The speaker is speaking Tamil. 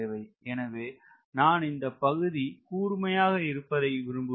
எனவே நான் இந்த பகுதி கூர்மையாக இருப்பதை விரும்புவேன்